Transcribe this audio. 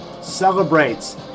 celebrates